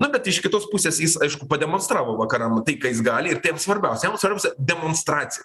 na bet iš kitos pusės jis aišku pademonstravo vakaram tai ką jis gali ir tai jam svarbiausia jam svarbiausia demonstracija